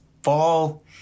fall